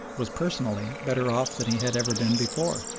was personally better off than he had ever been before.